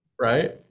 right